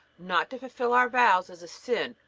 not to fulfill our vows is a sin,